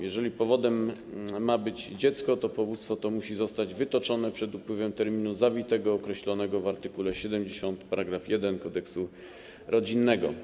Jeżeli powodem ma być dziecko, to powództwo to musi zostać wytoczone przed upływem terminu zawitego określonego w art. 70 § 1 kodeksu rodzinnego.